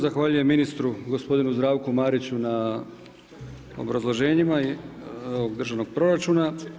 Zahvaljujem ministru gospodinu Zdravku Mariću na obrazloženjima ovog državnog proračuna.